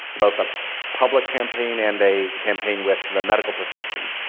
both a public campaign and a campaign with the medical profession,